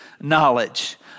knowledge